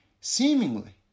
Seemingly